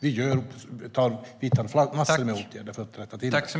Vi vidtar massor av åtgärder för att rätta till detta.